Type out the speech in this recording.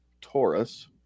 Taurus